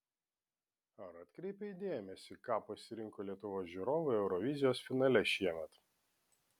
ar atkreipei dėmesį ką pasirinko lietuvos žiūrovai eurovizijos finale šiemet